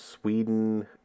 sweden